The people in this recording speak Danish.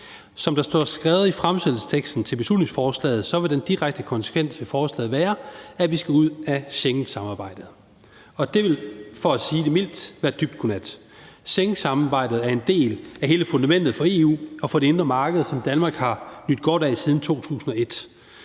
Som der står skrevet i bemærkningerne til beslutningsforslaget, vil den direkte konsekvens af forslaget være, at vi skal ud af Schengensamarbejdet. Det vil være dybt godnat, for at sige det mildt. Schengensamarbejdet er en del af hele fundamentet for EU og for det indre marked, som Danmark har nydt godt af siden 2001.